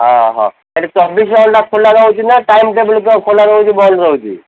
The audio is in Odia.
ହଁ ହଁ ହେଲେ ଚବିଶ ଘଣ୍ଟା ଖୋଲା ରହୁଛି ନାଁ ଟାଇମ୍ ଟେବୁଲ୍ କ'ଣ ଖୋଲା ରହୁଛି ବନ୍ଦ ରହୁଛି